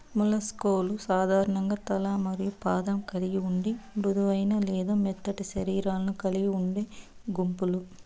mollusc లు సాధారణంగా తల మరియు పాదం కలిగి ఉండి మృదువైన లేదా మెత్తటి శరీరాలను కలిగి ఉండే గుంపులు